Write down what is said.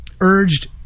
urged